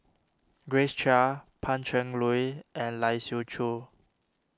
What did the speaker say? Grace Chia Pan Cheng Lui and Lai Siu Chiu